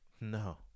no